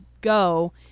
go